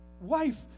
Wife